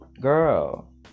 Girl